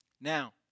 Now